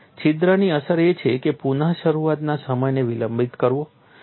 તેથી છિદ્રની અસર એ છે કે પુનઃશરૂઆતના સમયને વિલંબિત કરવો